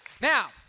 Now